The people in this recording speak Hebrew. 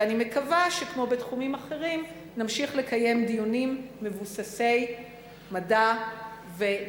ואני מקווה שכמו בתחומים אחרים נמשיך לקיים דיונים מבוססי מדע ונתונים.